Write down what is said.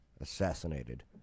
assassinated